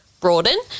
broaden